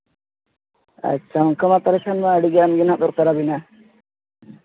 ᱟᱪᱪᱷᱟ ᱚᱱᱠᱟ ᱢᱟ ᱛᱟᱦᱞᱮ ᱠᱷᱟᱱ ᱟᱹᱰᱤᱜᱟᱱ ᱜᱮ ᱦᱟᱸᱜ ᱫᱚᱨᱠᱟᱨ ᱟᱹᱵᱤᱱᱟ